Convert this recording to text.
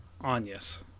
Anya's